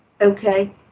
okay